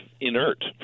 inert